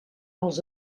els